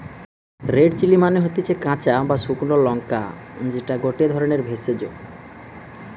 red chilli মানে হতিছে কাঁচা বা শুকলো লঙ্কা যেটা গটে ধরণের ভেষজ